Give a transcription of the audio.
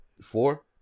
four